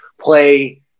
play